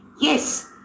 Yes